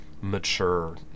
mature